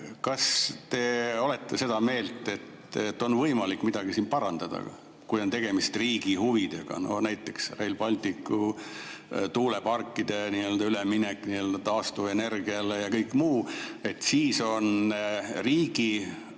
Kas te olete seda meelt, et siin on võimalik midagi parandada, kui on tegemist riigi huvidega? Näiteks Rail Baltic, tuulepargid, üleminek taastuvenergiale ja kõik muu – riigi